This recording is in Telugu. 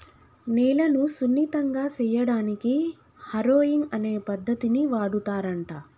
నేలను సున్నితంగా సేయడానికి హారొయింగ్ అనే పద్దతిని వాడుతారంట